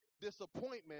disappointment